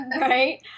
right